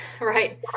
Right